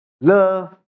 love